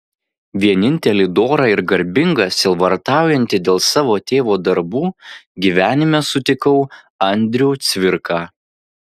vienintelį dorą ir garbingą sielvartaujantį dėl savo tėvo darbų gyvenime sutikau andrių cvirką